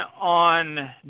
on